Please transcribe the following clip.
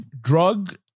Drug